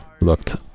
looked